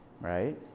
Right